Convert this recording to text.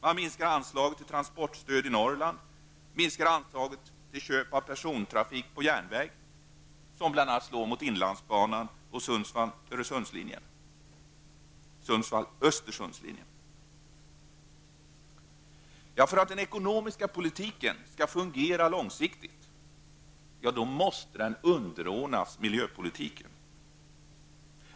Man minskar anslaget till transportstöd i Norrland och minskar anslaget till köp av persontrafik på järnväg, vilket bl.a. slår mot inlandsbanan och Sundsvall--Östersundslinjen. För att den ekonomiska politiken skall fungera långsiktigt måste den underordnas miljöpolitiken.